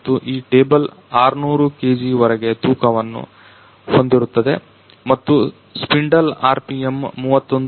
ಮತ್ತು ಈ table 600 KG ವರೆಗೆ ತೂಕವನ್ನು ಹೊಂದಿರುತ್ತದೆ ಮತ್ತು ಸ್ಪಿಂಡಲ್ ಆರ್ಪಿಎಂ 31